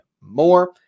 more